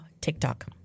TikTok